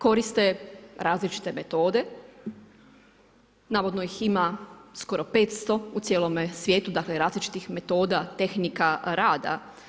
Koriste različite metode, navodno ih ima skoro 500 u cijelome svijetu, dakle različitih metoda, tehnika rada.